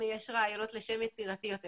אם יש רעיונות לשם יצירתי יותר,